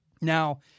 Now